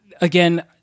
again